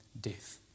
death